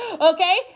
okay